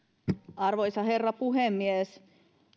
arvoisa herra puhemies